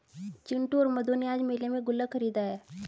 चिंटू और मधु ने आज मेले में गुल्लक खरीदा है